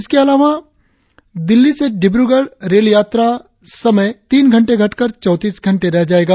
इसके अलावा दिल्ली से डिब्रगढ़ रेल यात्रा समय तीन घंटे घटकर चौतीस घंटे रह जाएगा